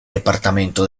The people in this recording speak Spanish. departamento